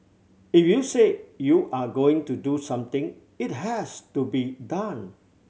if you say you are going to do something it has to be done